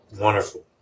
Wonderful